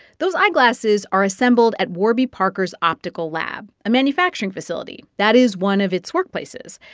those eyeglasses are assembled at warby parker's optical lab, a manufacturing facility. that is one of its workplaces.